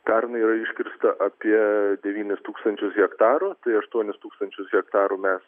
pernai yra iškirsta apie devynis tūkstančius hektarų tai aštuonis tūkstančius hektarų mes